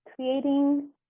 creating